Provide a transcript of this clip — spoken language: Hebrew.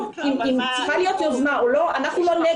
אם צריכה להיות יוזמה או לא, אנחנו לא נגד.